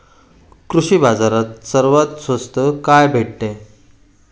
कृषी बाजारात सर्वात स्वस्त काय भेटते?